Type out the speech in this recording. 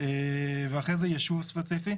ואחרי זה יישוב ספציפי,